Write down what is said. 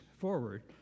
forward